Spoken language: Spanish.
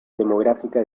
demográfica